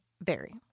vary